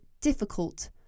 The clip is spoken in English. difficult